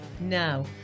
Now